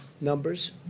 numbers